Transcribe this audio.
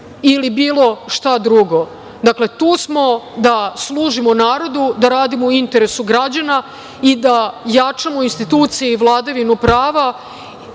ili bilo šta drugo. Dakle, tu smo da služimo narodu, da radimo u interesu građana, i da jačamo institucije i vladavinu prava,